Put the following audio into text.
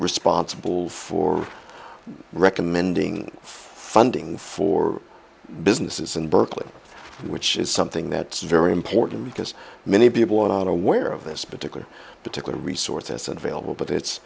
responsible for recommending funding for businesses in berkeley which is something that's very important because many people are aware of this particular particular resources available but it's